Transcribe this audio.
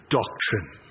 doctrine